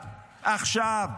עכשיו.